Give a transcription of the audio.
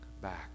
back